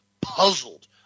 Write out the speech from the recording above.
puzzled